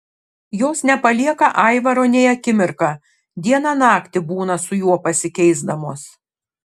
jos nepalieka aivaro nei akimirką dieną naktį būna su juo pasikeisdamos